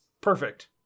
Perfect